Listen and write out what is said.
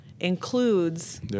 includes